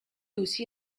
aussi